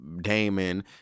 Damon